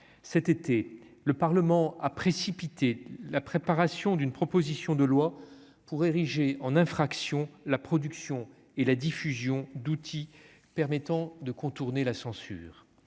cet été, le Parlement a précipité la préparation d'une proposition de loi pour ériger en infraction, la production et la diffusion d'outils permettant de contourner la censure